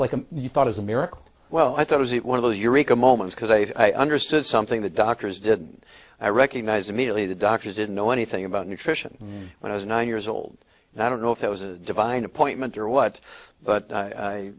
like you thought of the miracle well i thought was it one of those eureka moments because i understood something the doctors did i recognized immediately the doctors didn't know anything about nutrition when i was nine years old and i don't know if it was a divine appointment or what but i